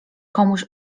komuś